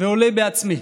ועולה בעצמי.